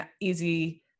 easy